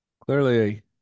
Clearly